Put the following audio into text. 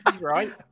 right